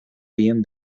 bien